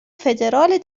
فدرال